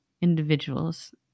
individuals